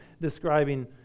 describing